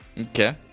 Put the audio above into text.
Okay